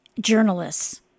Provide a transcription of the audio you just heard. journalists